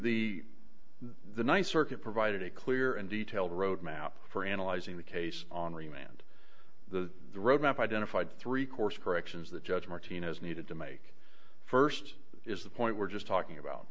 the the th circuit provided a clear and detailed roadmap for analyzing the case on remand the roadmap identified three course corrections the judge martinez needed to make st is the point we're just talking about